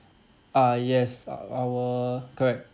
uh yes our correct